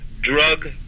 drug